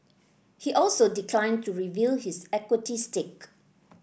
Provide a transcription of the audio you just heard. he also declined to reveal his equity stake